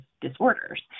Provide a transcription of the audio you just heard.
disorders